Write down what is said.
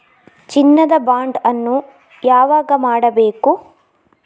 ಚಿನ್ನ ದ ಬಾಂಡ್ ಅನ್ನು ಯಾವಾಗ ಮಾಡಬೇಕು?